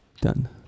Done